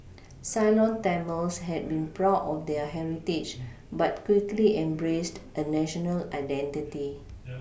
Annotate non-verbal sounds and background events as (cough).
Ceylon Tamils had been proud of their heritage but quickly embraced a national identity (noise)